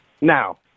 Now